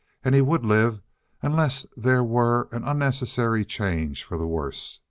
and he would live unless there were an unnecessary change for the worse.